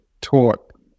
taught